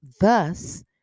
thus